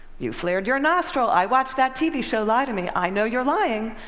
you flared your nostril. i watch that tv show lie to me i know you're lying.